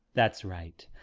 that's right.